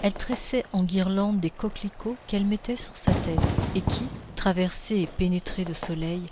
elle tressait en guirlandes des coquelicots qu'elle mettait sur sa tête et qui traversés et pénétrés de soleil